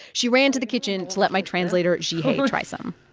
she ran to the kitchen to let my translator jihye try some